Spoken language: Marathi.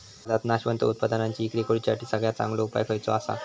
बाजारात नाशवंत उत्पादनांची इक्री करुच्यासाठी सगळ्यात चांगलो उपाय खयचो आसा?